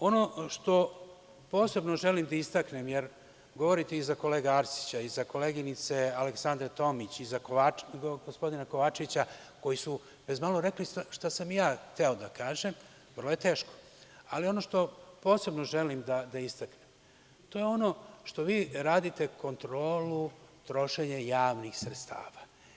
Ono što posebno želim da istaknem, jer govoriti iza kolege Arsića, iza koleginice Aleksandre Tomić, iza gospodina Kovačevića, koji su bezmalo rekli šta sam i ja hteo da kažem, vrlo je teško, ali ono što posebno želim da istaknem jeste što vi radite kontrolu trošenja javnih sredstava.